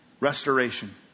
restoration